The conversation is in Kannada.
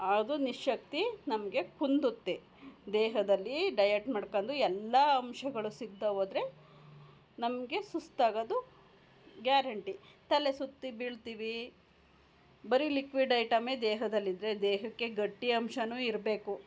ಅದು ನಿಶಕ್ತಿ ನಮಗೆ ಕುಂದುತ್ತೆ ದೇಹದಲ್ಲಿ ಡಯಟ್ ಮಾಡ್ಕೊಂಡು ಎಲ್ಲ ಅಂಶಗಳು ಸಿಗ್ತಾ ಹೋದ್ರೆ ನಮಗೆ ಸುಸ್ತು ಆಗೋದು ಗ್ಯಾರಂಟಿ ತಲೆ ಸುತ್ತಿ ಬೀಳ್ತೀವಿ ಬರೀ ಲಿಕ್ವಿಡ್ ಐಟಮೇ ದೇಹದಲ್ಲಿ ಇದ್ದರೆ ದೇಹಕ್ಕೆ ಗಟ್ಟಿ ಅಂಶವೂ ಇರಬೇಕು